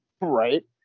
Right